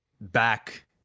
back